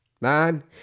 Man